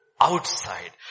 outside